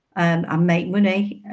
and ah make money.